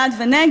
בעד או נגד.